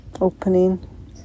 opening